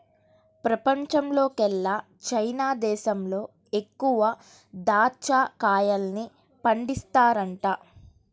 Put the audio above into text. పెపంచంలోకెల్లా చైనా దేశంలో ఎక్కువగా దాచ్చా కాయల్ని పండిత్తన్నారంట